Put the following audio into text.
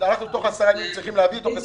שתוך 10 ימים או 20 יום צריכים להביא אותו?